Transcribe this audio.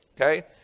Okay